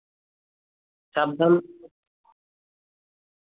ᱥᱟᱵᱫᱷᱟᱱ